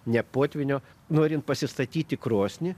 ne potvynio norint pasistatyti krosnį